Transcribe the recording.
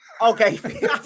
okay